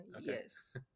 yes